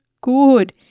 good